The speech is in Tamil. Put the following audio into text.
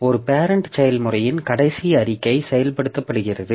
ஒரு பேரெண்ட் செயல்முறையின் கடைசி அறிக்கை செயல்படுத்தப்படுகிறது